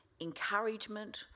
encouragement